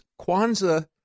Kwanzaa